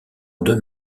deux